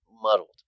muddled